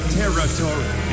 territory